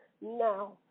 now